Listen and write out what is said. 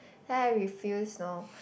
then I refuse you know